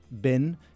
bin